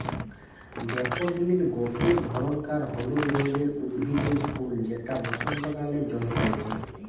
daffodil গটে ধরণকার হলুদ রঙের উদ্ভিদের ফুল যেটা বসন্তকালে জন্মাইটে